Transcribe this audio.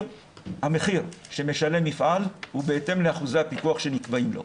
המחיר שמשלם מפעל הוא בהתאם לאחוזי הפיקוח שנקבעים לו.